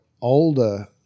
older